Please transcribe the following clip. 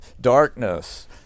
darkness